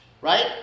right